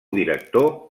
director